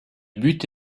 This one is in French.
but